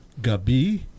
Gabi